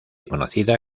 conocida